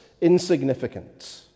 insignificant